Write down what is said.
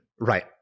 Right